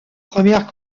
première